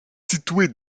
située